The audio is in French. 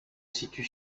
situe